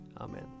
Amen